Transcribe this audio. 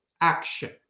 action